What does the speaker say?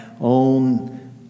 own